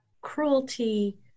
cruelty